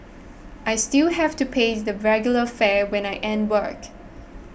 I still have to pay the regular fare when I end work